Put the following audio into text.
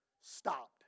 stopped